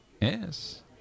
Yes